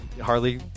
Harley